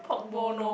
pork bone no